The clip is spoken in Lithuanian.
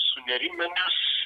sunerimę nes